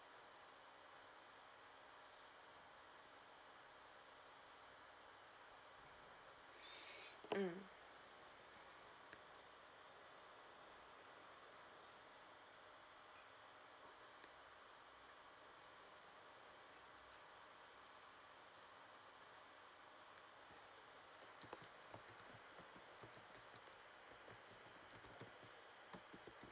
mm